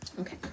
okay